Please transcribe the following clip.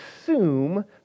assume